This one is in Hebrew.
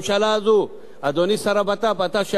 אדוני השר לביטחון פנים, אתה שאמון, אתה יודע,